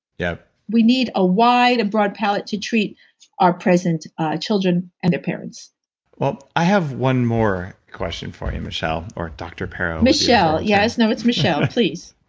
yep we need a wide and broad palate to treat our present children and their parents well, i have one more question for you, michelle, or doctor perro michelle. yes, no it's michelle, please